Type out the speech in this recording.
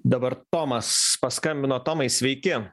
dabar tomas paskambino tomai sveiki